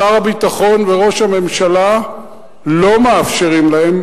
שר ביטחון וראש ממשלה לא מאפשרים להם,